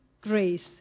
grace